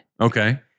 Okay